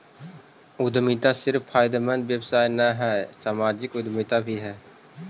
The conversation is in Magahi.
उद्यमिता सिर्फ फायदेमंद व्यवसाय न हई, सामाजिक उद्यमिता भी हई